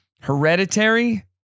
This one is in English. Hereditary